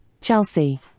Chelsea